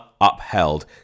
upheld